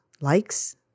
likes